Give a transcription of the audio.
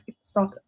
start